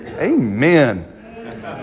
Amen